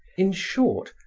in short,